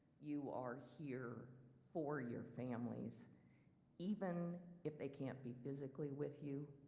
you are here for your families even if they can't be physically with you,